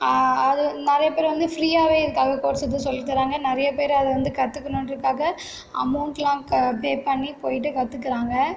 அது நிறைய பேர் வந்து ஃப்ரீயாவே இதுக்காக கோர்ஸ் எடுத்து சொல்லி தராங்க நிறைய பேர் அதை வந்து கற்றுக்கணுன்றதுக்காக அமௌண்ட்லாம் பே பண்ணி போயிட்டு கற்றுக்குறாங்க